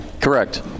Correct